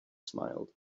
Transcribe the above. smiled